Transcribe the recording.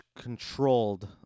controlled